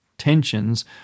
tensions